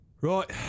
right